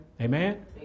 Amen